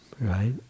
right